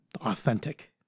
authentic